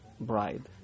Bride